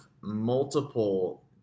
multiple